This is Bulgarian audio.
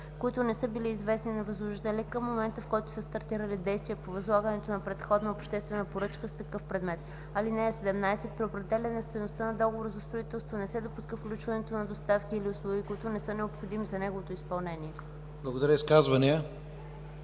които не са били известни на възложителя към момента, в който са стартирали действия по възлагането на предходна обществена поръчка с такъв предмет. (17) При определяне стойността на договор за строителство не се допуска включването на доставки или услуги, които не са необходими за неговото изпълнение.” ПРЕДСЕДАТЕЛ